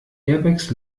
airbags